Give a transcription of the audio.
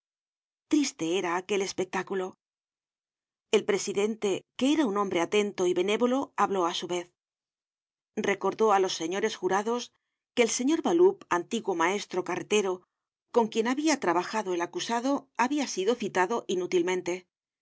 google book search generated at el presidente que era un hombre atento y benévolo habló á su vez recordó á los señores jurados que el señor baloup antiguo maes tro carretero con quien habia trabajado el acusado habia sido citado inútilmente